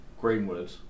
Greenwood